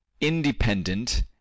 independent